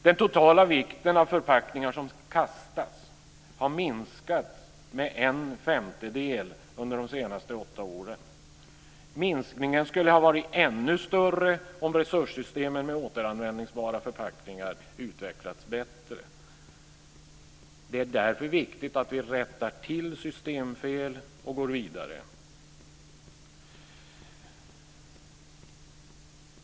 Den totala vikten av förpackningar som kastas har minskat med en femtedel under de senaste åtta åren. Minskningen skulle ha varit ännu större om resurssystemen med återanvändningsbara förpackningar utvecklats bättre. Det är därför viktigt att vi rättar till systemfel och går vidare.